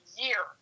year